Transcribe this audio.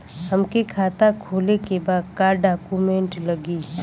हमके खाता खोले के बा का डॉक्यूमेंट लगी?